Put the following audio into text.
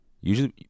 usually